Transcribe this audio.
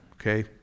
okay